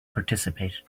participate